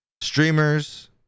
Streamers